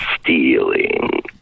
Stealing